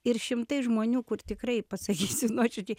ir šimtai žmonių kur tikrai pasakysiu nuoširdžiai